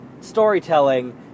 storytelling